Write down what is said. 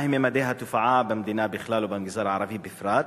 1. מה הם ממדי התופעה במדינה בכלל ובמגזר הערבי בפרט,